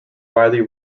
widely